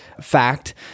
fact